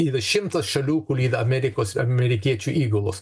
yra šimtas šalių kur yra amerikos amerikiečių įgulos